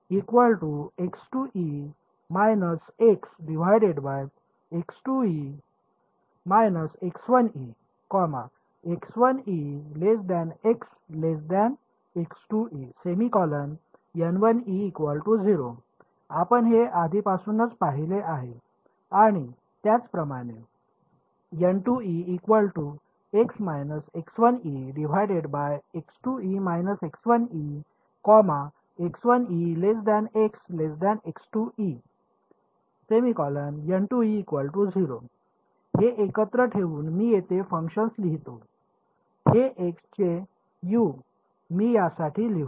तर आपण हे आधीपासूनच पाहिले आहे आणि त्याचप्रमाणे हे एकत्र ठेवून मी येथे फंक्शन लिहितो हे x चे U मी यासाठी काय लिहू